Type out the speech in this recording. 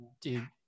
Dude